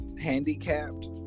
handicapped